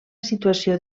situació